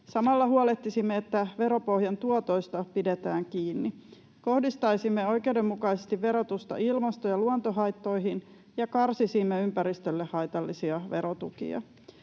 Samalla huolehtisimme, että veropohjan tuotoista pidetään kiinni. Kohdistaisimme oikeudenmukaisesti verotusta ilmasto- ja luontohaittoihin ja karsisimme ympäristölle haitallisia verotukia.